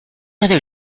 other